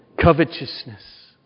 Covetousness